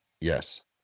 Yes